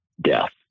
death